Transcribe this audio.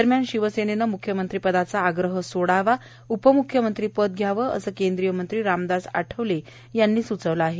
दरम्यान शिवसेनेनं मुख्यमंत्रिपदाचा आग्रह सोडावा उपमुख्यमंत्रिपद घ्यावं असं केंद्रीय मंत्री रामदास आठवले यांनी सुचवलं आहे